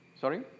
Sorry